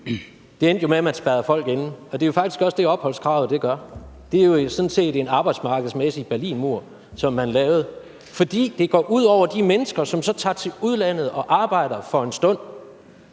Det endte jo med, at man spærrede folk inde, og det er jo faktisk også det, opholdskravet gør. Det er sådan set en arbejdsmarkedsmæssig berlinmur, som man lavede, fordi det går ud over de mennesker, som tager til udlandet og arbejder for en stund.